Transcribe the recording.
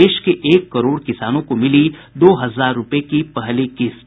देश के एक करोड़ किसानों को मिली दो हजार रूपये की पहली किस्त